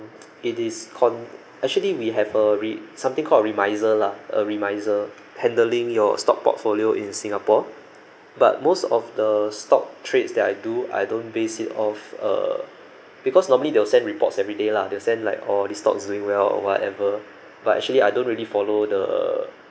it is con~ actually we have a re~ something called remisier lah a remisier handling your stock portfolio in singapore but most of the stock trades that I do I don't base it off uh because normally they will send reports everyday lah they'll send like oh this stock's doing well or whatever but actually I don't really follow the